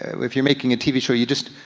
if you're making a tv show you just,